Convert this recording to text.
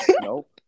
Nope